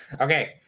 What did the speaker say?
Okay